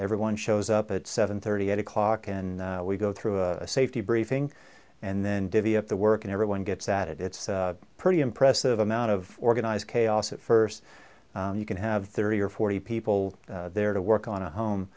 everyone shows up at seven thirty eight o'clock in we go through a safety briefing and then divvy up the work and everyone gets at it it's pretty impressive amount of organized chaos at first you can have thirty or forty people there to work on a home